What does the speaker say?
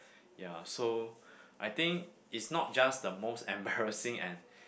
ya so I think it's not just the most embarrassing and